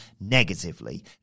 negatively